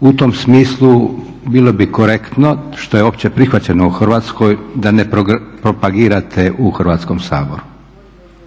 u tom smislu bilo bi korektno što je uopće prihvaćeno u Hrvatskoj da ne propagirate u Hrvatskom saboru,